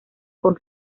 con